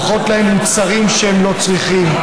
מוכרות להם מוצרים שהם לא צריכים,